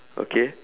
okay